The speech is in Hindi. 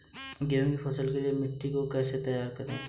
गेहूँ की फसल के लिए मिट्टी को कैसे तैयार करें?